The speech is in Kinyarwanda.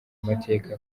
amateka